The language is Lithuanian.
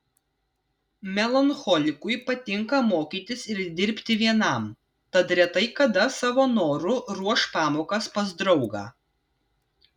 melancholikui patinka mokytis ir dirbti vienam tad retai kada savo noru ruoš pamokas pas draugą